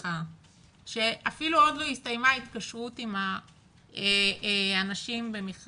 ממשרדך שאפילו עוד לא הסתיימה ההתקשרות עם האנשים במכרז,